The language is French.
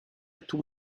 tout